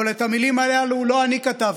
אבל את המילים הללו לא אני כתבתי,